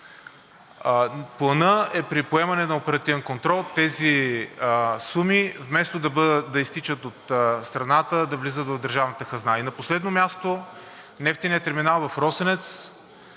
Планът е при поемане на оперативен контрол тези суми, вместо да изтичат от страната, да влизат в държавната хазна. На последно място, нефтеният терминал в Росенец,